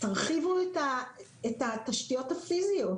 להרחיב את התשתיות הפיזיות,